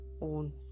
own